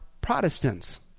Protestants